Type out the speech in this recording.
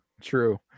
true